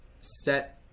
set